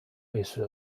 卫视